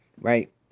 Right